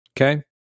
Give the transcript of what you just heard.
okay